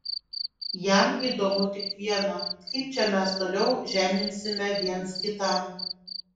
jam įdomu tik viena kaip čia mes toliau žeminsime viens kitą